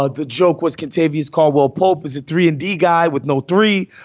ah the joke was can save use. caldwell pope is a three and d guy with no. three,